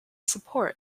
support